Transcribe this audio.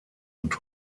und